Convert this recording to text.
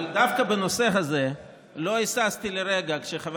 אבל דווקא בנושא הזה לא היססתי לרגע כשחבר